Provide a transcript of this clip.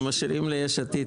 קובץ.